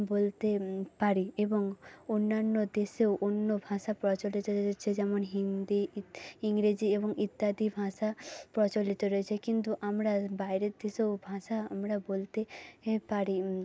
বলতে পারি এবং অন্যান্য দেশেও অন্য ভাষা প্রচলিত হচ্ছে যেমন হিন্দি ইংরেজি এবং ইত্যাদি ভাষা প্রচলিত রয়েছে কিন্তু আমরা বাইরের দেশেও ভাষা আমরা বলতে এ পারি